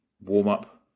warm-up